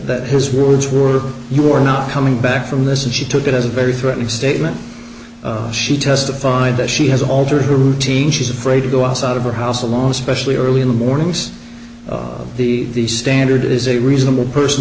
that his words were you were not coming back from this and she took it as a very threatening statement she testified that she has altered her routine she's afraid to go outside of her house alone especially early in the mornings the standard is a reasonable person